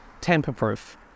tamper-proof